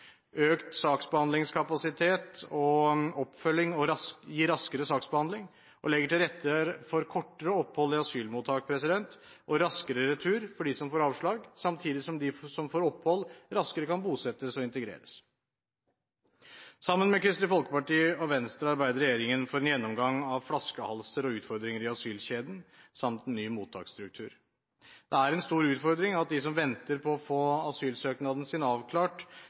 asylmottak og raskere retur for dem som får avslag, samtidig som de som får opphold, raskere kan bosettes og integreres. Sammen med Kristelig Folkeparti og Venstre arbeider regjeringen for en gjennomgang av flaskehalser og utfordringer i asylkjeden samt ny mottaksstruktur. Det er en stor utfordring at de som venter på å få asylsøknaden sin avklart,